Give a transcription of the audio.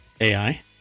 AI